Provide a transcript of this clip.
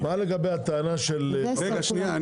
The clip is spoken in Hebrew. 2008. מה לגבי הטענה של -- רגע שנייה,